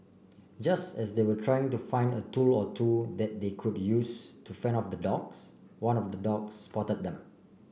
just as they were trying to find a tool or two that they could use to fend off the dogs one of the dogs spotted them